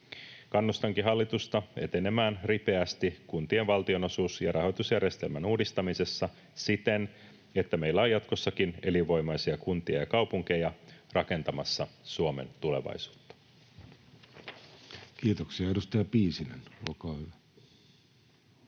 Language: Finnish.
Kannustankin hallitusta etenemään ripeästi kuntien valtionosuus‑ ja rahoitusjärjestelmän uudistamisessa siten, että meillä on jatkossakin elinvoimaisia kuntia ja kaupunkeja rakentamassa Suomen tulevaisuutta. [Speech 110] Speaker: Jussi Halla-aho